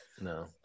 No